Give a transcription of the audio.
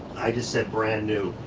i just said, brand new.